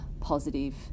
positive